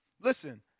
Listen